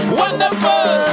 wonderful